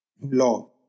law